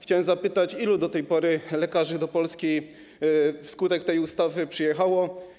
Chciałem zapytać, ilu do tej pory lekarzy do Polski wskutek tej ustawy przyjechało.